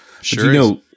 Sure